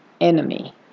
enemy